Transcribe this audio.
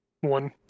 one